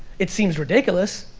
it seems ridiculous,